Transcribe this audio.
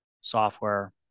software